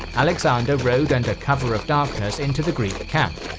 alexander rode under cover of darkness into the greek camp,